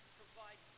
provide